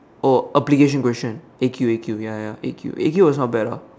oh application question A_Q A_Q ya ya A_Q A_Q was not bad ah